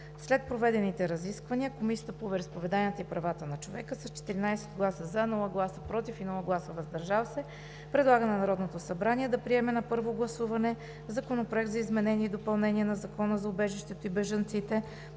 След проведените разисквания Комисията по вероизповеданията и правата на човека с 14 гласа „за“, без гласове „против“ и „въздържал се“ предлага на Народното събрание да приеме на първо гласуване Законопроект за изменение и допълнение на Закона за убежището и бежанците,